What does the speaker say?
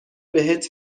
بهت